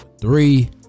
three